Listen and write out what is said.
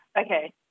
Okay